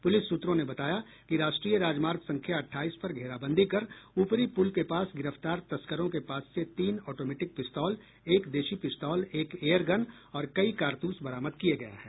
police सूत्रों ने बताया कि राष्ट्रीय राजमार्ग संख्या अठाईस पर घेराबंदी कर उपरी पुल के पास गिरफ्तार तस्करों के पास से तीन ऑटोमेटिक पिस्तौल एक देशी पिस्तौल एक एयरगन और कई कारतूस बरामद किये गये हैं